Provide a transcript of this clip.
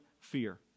fear